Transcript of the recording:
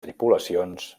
tripulacions